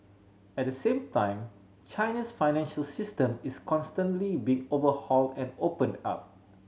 at the same time China's financial system is constantly being overhauled and opened up